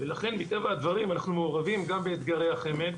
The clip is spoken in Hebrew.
ולכן מטבע הדברים אנחנו מעורבים גם באתגרי החמ"ד